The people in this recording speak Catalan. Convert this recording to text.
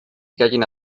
gallina